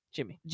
Jimmy